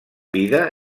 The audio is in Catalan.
vida